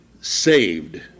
saved